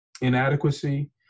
inadequacy